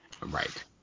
Right